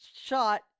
shot